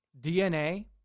DNA